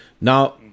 Now